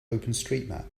openstreetmap